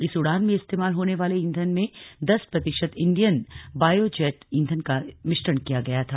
इस उड़ान में इस्तेमाल होने वाले ईंधन में दस प्रतिशत इंडियन बायो जेट ईंधन का मिश्रण किया गया था